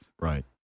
right